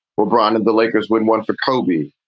lebron and the lakers win one for kobe,